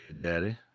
Daddy